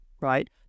right